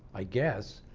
i guess,